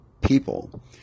people